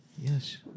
Yes